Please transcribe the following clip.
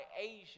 Asia